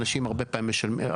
אנשים הרבה פעמים משלמים,